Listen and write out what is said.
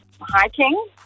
hiking